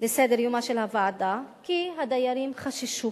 לסדר-יומה של הוועדה, כי הדיירים חששו